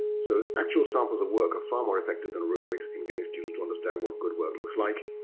so actual samples of work are far more effective that rubrics in getting students to understand what good work looks like.